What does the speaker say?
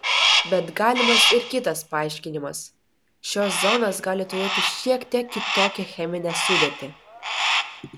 bet galimas ir kitas paaiškinimas šios zonos gali turėti šiek tiek kitokią cheminę sudėtį